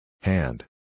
Hand